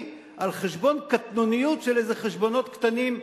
על חשבון קטנוניות של איזה חשבונות קטנים,